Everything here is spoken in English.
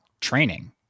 training